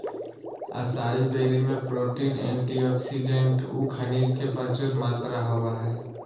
असाई berry में protein, antioxidant औऊ खनिज के प्रचुर मात्रा होबो हइ